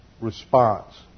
Response